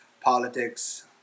politics